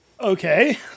Okay